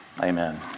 Amen